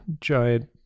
giant